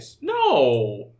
No